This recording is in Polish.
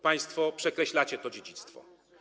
Państwo przekreślacie to dziedzictwo.